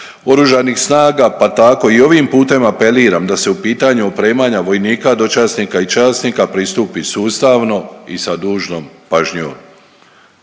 oružanih snaga pa tako i ovim putem apeliram da se u pitanju opremanja vojnika, dočasnika i časnika pristupi sustavno i sa dužnom pažnjom.